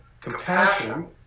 compassion